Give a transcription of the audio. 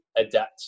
adapt